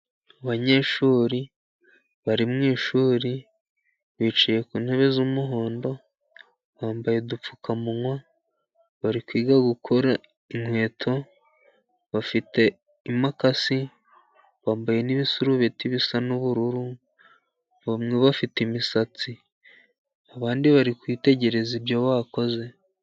Abanyeshuri bari mwishuri, bicaye ku ntebe z'umuhondo, bambaye udupfukamunwa, bari kwiga gukora inkweto, bafite imakasi bambaye n'ibisurubeti bisa n'ubururu, bamwe bafite imisatsi, abandi bari kwitegereza ibyo bakoze.